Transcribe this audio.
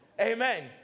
Amen